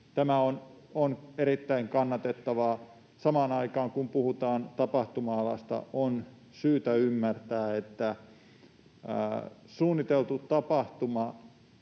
Tämä on erittäin kannatettavaa. Samaan aikaan, kun puhutaan tapahtuma-alasta, on syytä ymmärtää, että suunniteltu tapahtuma